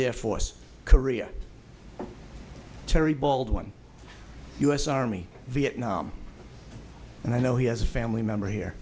air force korea terry baldwin u s army vietnam and i know he has a family member here